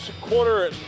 quarter